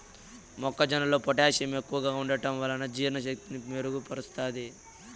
మొక్క జొన్నలో పొటాషియం ఎక్కువగా ఉంటడం వలన జీర్ణ శక్తిని మెరుగు పరుస్తాది